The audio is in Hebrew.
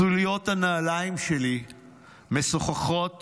סוליות הנעליים שלי משוחחות